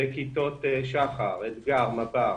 בכיתות שח"ר, אתגר, מב"ר.